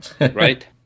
right